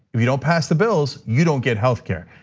if you don't pass the bills, you don't get health care,